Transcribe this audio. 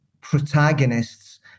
protagonists